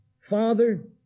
father